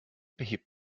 behebt